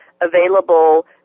available